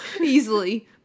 Easily